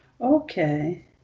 Okay